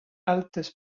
altes